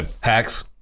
hacks